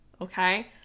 okay